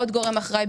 עוד גורם אחראי,